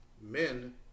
Men